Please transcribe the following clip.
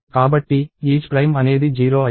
కాబట్టి isPrime అనేది 0 అయింది